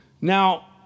Now